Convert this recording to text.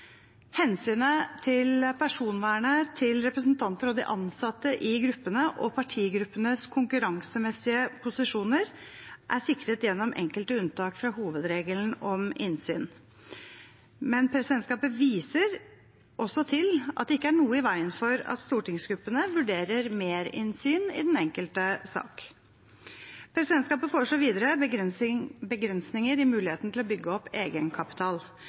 Hensynet til personvernet til representanter og de ansatte i gruppene og partigruppenes konkurransemessige posisjoner er sikret gjennom enkelte unntak fra hovedregelen om innsyn, men presidentskapet viser også til at det ikke er noe i veien for at stortingsgruppene vurderer merinnsyn i den enkelte sak. Presidentskapet foreslår videre begrensninger i muligheten til å bygge opp egenkapital.